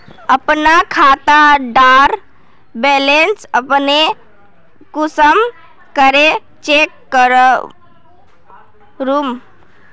अपना खाता डार बैलेंस अपने कुंसम करे चेक करूम?